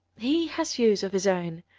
he has views of his own,